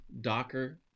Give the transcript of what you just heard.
Docker